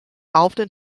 often